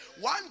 One